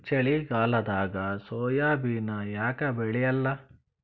ಚಳಿಗಾಲದಾಗ ಸೋಯಾಬಿನ ಯಾಕ ಬೆಳ್ಯಾಲ?